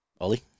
Ollie